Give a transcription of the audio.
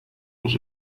was